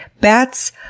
bats